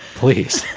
please.